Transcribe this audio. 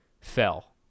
fell